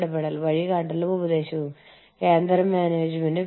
തുടർന്ന് നിങ്ങൾ ബഹു രാജ്യ അല്ലെങ്കിൽ ബഹു ആഭ്യന്തര തന്ത്രത്തിലേക്ക് നീങ്ങുന്നു